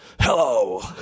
hello